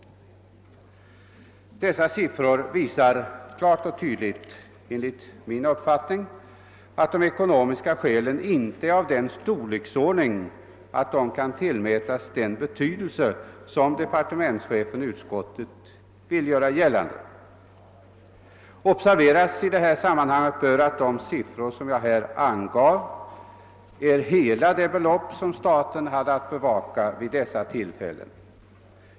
Dessa siffror visar enligt min uppfattning klart och tydligt att de belopp det rör sig om inte är så stora, att de ekonomiska skälen kan tillmätas den betydelse departementschefen och utskottet vill göra gällande. Observeras i detta sammanhang bör att de siffror jag här angivit avser hela det belopp staten hade att bevaka vid dessa tillfällen.